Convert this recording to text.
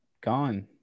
gone